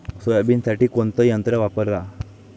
सोयाबीनसाठी कोनचं यंत्र वापरा?